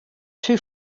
too